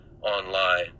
online